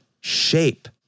shape